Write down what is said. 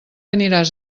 aniràs